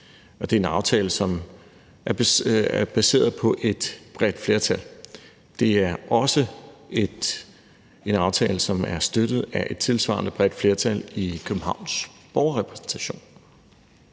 Det er en aftale, som er baseret på et bredt flertal, og det er også en aftale, som er støttet af et tilsvarende bredt flertal i Københavns Borgerrepræsentation.